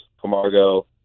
Camargo